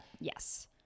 yes